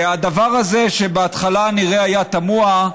הדבר הזה, שבהתחלה נראה תמוה,